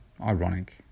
ironic